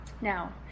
Now